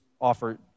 offer